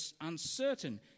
uncertain